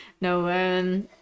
No